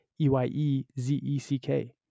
e-y-e-z-e-c-k